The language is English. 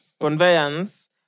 conveyance